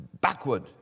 backward